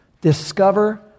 discover